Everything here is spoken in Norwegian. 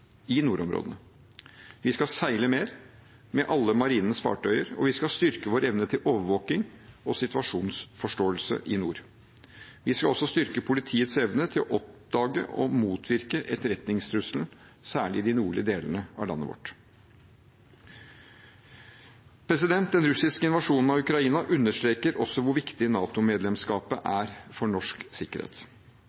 i nordområdene. Vi skal seile mer med alle marinens fartøyer, og vi skal styrke vår evne til overvåking og situasjonsforståelse i nord. Vi skal også styrke politiets evne til å oppdage og motvirke etterretningstrusselen, særlig i de nordlige delene av landet vårt. Den russiske invasjonen av Ukraina understreker også hvor viktig